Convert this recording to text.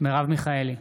מרב מיכאלי,